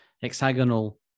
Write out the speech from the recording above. hexagonal